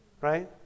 right